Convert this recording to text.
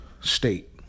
state